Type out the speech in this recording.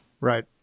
Right